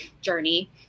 journey